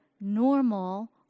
normal